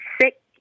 sick